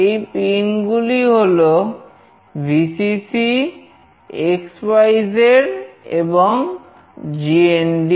এই পিন গুলি হল Vcc x y z এবং GND